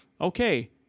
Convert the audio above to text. okay